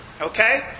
Okay